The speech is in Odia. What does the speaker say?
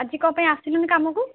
ଆଜି କ'ଣ ପାଇଁ ଆସିଲୁନି କାମକୁ